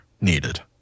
needed